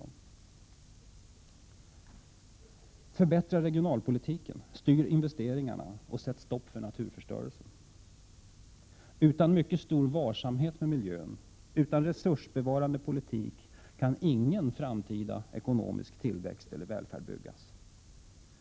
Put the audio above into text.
Man måste förbättra regionalpolitiken och styra investeringarna samt sätta stopp för naturförstörelsen. Utan mycket stor varsamhet med miljön, utan resursbevarande politik kan ingen framtida ekonomisk tillväxt eller välfärd byggas.